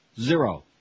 Zero